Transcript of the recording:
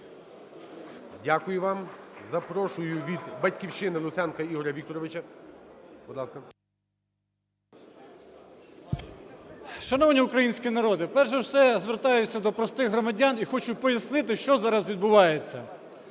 Дякую вам. Запрошую від "Батьківщини" Луценка Ігоря Вікторовича.